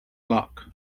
luck